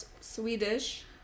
swedish